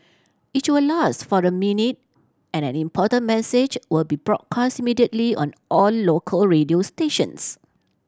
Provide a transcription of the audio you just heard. it's will last for a minute and an important message will be broadcast immediately on all local radio stations